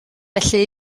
felly